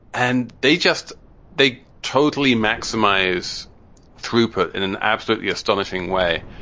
and they just they totally maximize throughput in an absolutely astonishing way.